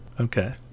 okay